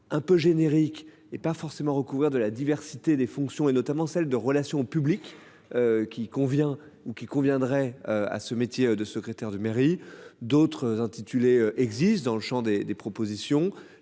un peu générique et pas forcément recouvrir de la diversité des fonctions et notamment celle de relations publiques. Qui convient ou qui conviendrait à ce métier de secrétaire de mairie d'autres intitulé existe dans le Champ des des propositions